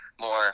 more